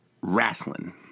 wrestling